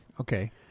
Okay